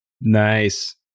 Nice